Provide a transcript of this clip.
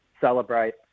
celebrate